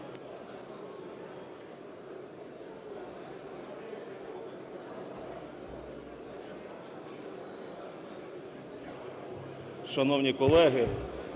Шановні колеги,